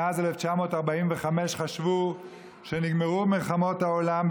מאז 1945 חשבו שנגמרו מלחמות העולם,